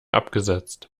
abgesetzt